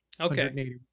Okay